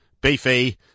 Beefy